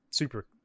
super